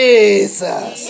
Jesus